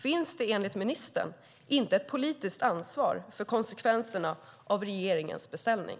Finns det enligt ministern inte ett politiskt ansvar för konsekvenserna av regeringens beställning?